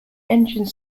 engine